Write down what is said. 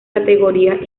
categorías